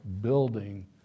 building